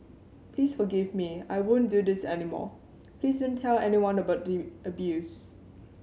please forgive me I won't do this any more please don't tell anyone about the abuse